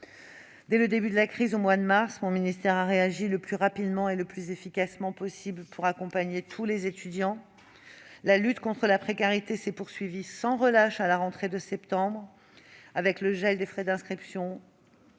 Dès le début de la crise au mois de mars, mon ministère a réagi le plus rapidement et le plus efficacement possible pour accompagner tous les étudiants. La lutte contre la précarité étudiante s'est poursuivie sans relâche à la rentrée de septembre : nous avons gelé les frais d'inscription